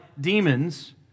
demons